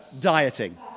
dieting